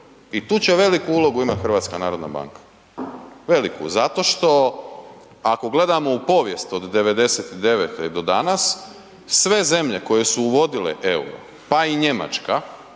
i tu će veliku ulogu imat HNB, veliku zato što ako gledamo u povijest od '99.-te do danas, sve zemlje koje su uvodile EUR-o, pa i Njemačka